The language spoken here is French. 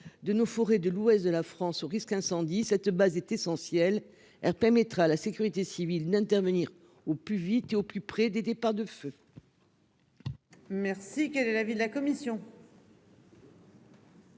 de nos forêts de l'ouest de la France au risque incendie. Cette base est essentiel R permettra à la sécurité civile n'intervenir au plus vite et au plus près des, des, pas de feu.